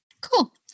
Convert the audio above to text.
Cool